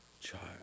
child